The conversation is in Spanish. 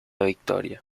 victoria